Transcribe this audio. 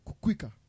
quicker